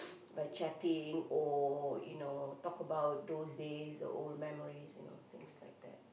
by chatting or you know talk about those days the old memories you know things like that